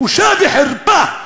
בושה וחרפה.